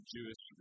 Jewish